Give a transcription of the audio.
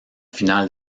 final